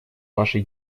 вашей